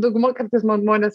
dauguma kartais man žmonės